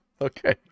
Okay